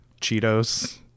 Cheetos